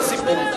הסיפור.